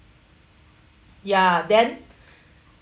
ya then